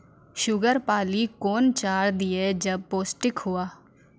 Sugar पाली कौन चार दिय जब पोस्टिक हुआ?